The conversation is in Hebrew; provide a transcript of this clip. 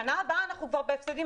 שנה הבאה אנחנו כבר בהפסדים,